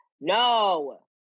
no